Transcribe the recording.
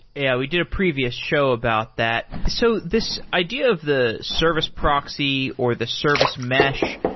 yeah, we did a previous show about that. so this idea of the service proxy or the service mesh,